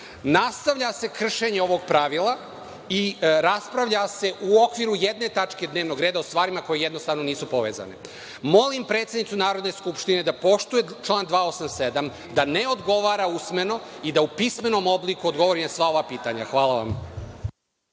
Nastavlja se kršenje ovog pravila i raspravlja se u okviru jedne tačke dnevnog reda, o stvarima koje jednostavno nisu povezane. Molim predsednicu Narodne skupštine da poštuje član 287, da ne odgovara usmeno i da u pismenom obliku odgovori na sva ova pitanja. Hvala vam.